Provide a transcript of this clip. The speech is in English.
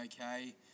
okay